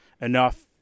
enough